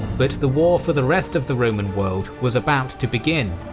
but the war for the rest of the roman world was about to begin,